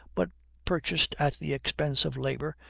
but purchased at the expense of labor,